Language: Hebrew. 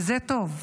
וזה טוב.